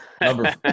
number